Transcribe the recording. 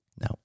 No